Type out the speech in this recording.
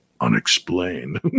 unexplained